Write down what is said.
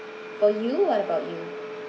for you what about you